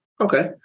Okay